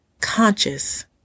conscious